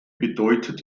bedeutet